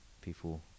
people